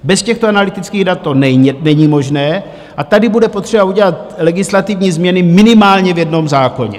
Bez těchto analytických dat to není možné, a tady bude potřeba udělat legislativní změny minimálně v jednom zákoně.